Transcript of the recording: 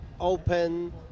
open